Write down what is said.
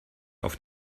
auf